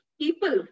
people